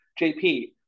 JP